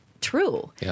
true